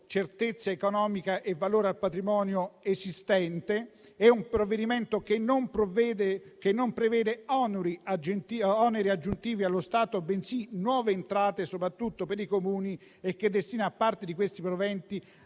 certezza economica e valore al patrimonio esistente. È un provvedimento che non prevede oneri aggiuntivi allo Stato, bensì nuove entrate, soprattutto per i Comuni, e che destina parte di esse a interventi